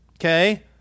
okay